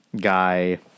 guy